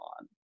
on